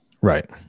Right